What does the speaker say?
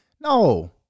no